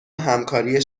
همکاری